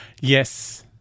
Yes